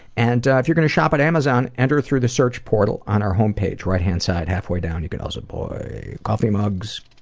and, ah, if you're going to shop at amazon, enter through the search portal on our home page, right hand side, half way down. you can also buy coffee mugs,